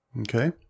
Okay